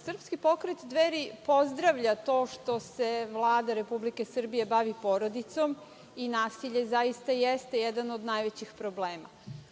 Srpski pokret Dveri pozdravlja to što se Vlada Republike Srbije bavi porodicom i nasilje zaista jeste jedan od najvećih problema.